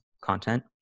content